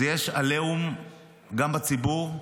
הוא יש עליהום גם בציבור,